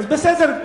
בסדר.